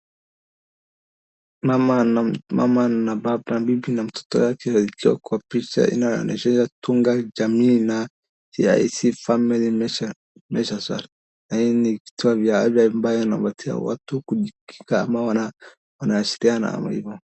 Mama mama na baba bibi na mtoto wake wakiwa kwa picha inayoonyesha ya Tunga jamii na ya CIC Family Measures . Na hii ni vituo vya afya ambayo inapatia watu kujikinga ama wana ashiriana ama hivyo.